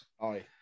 Aye